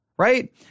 Right